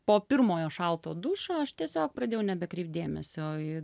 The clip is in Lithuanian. po pirmojo šalto dušo aš tiesiog pradėjau nebekreipt dėmesio į